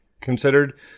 considered